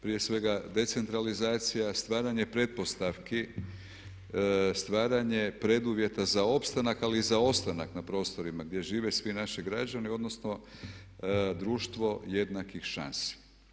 Prije svega decentralizacija, stvaranje pretpostavki, stvaranje preduvjeta za opstanak ali i za ostanak na prostorima gdje žive svi naši građani, odnosno društvo jednakih šansi.